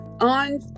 On